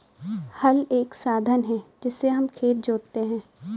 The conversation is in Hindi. हल एक साधन है जिससे हम खेत जोतते है